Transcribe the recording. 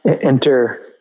enter